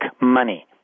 money